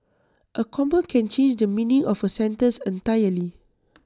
A comma can change the meaning of A sentence entirely